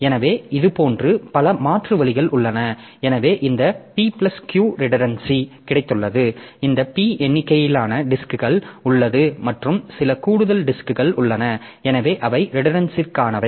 எனவே இதுபோன்ற பல மாற்று வழிகள் உள்ளன எனவே இந்த P plus Q redundancy PQ redundancy கிடைத்துள்ளது இந்த P எண்ணிக்கையிலான டிஸ்க்கள் உள்ளது மற்றும் சில கூடுதல் டிஸ்க்கள் உள்ளன எனவே அவை ரிடண்டன்ட்சிற்கானவை